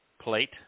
plate